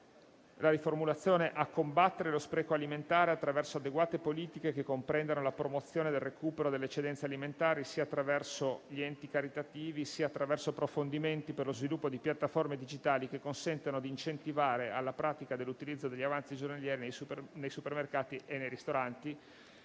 che cito: «a combattere lo spreco alimentare attraverso adeguate politiche che comprendano la promozione del recupero delle eccedenze alimentari, sia attraverso gli enti caritativi sia attraverso approfondimenti per lo sviluppo di piattaforme digitali che consentano di incentivare la pratica dell'utilizzo degli avanzi giornalieri nei supermercati e nei ristoranti».